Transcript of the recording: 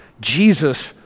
Jesus